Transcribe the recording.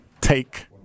take